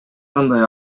кандай